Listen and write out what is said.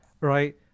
right